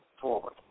forward